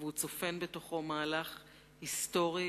והוא צופן בתוכו מהלך היסטורי